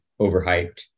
overhyped